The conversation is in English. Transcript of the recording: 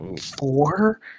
four